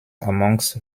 amongst